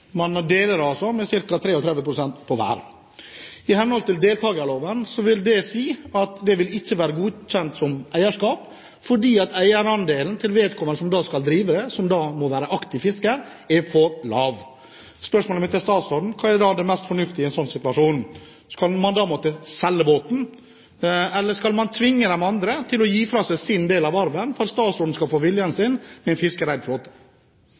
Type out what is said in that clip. Man deler altså med ca. 33 pst. på hver. I henhold til deltakerloven er det ikke godkjent som eierskap, fordi eierandelen til vedkommende som skal drive rederiet, og som da må være aktiv fisker, er for lav. Spørsmålet mitt til statsråden er: Hva er det mest fornuftige i en sånn situasjon? Skal man måtte selge båten, eller skal man tvinge de andre til å gi fra seg sin del av arven for at statsråden skal få viljen sin – en fiskereid flåte?